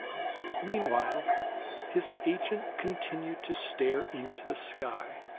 meanwhile his agent continued to stare into the sky.